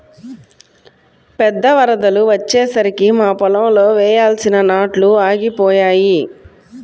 పెద్ద వరదలు వచ్చేసరికి మా పొలంలో వేయాల్సిన నాట్లు ఆగిపోయాయి